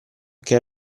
che